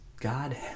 God